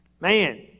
Man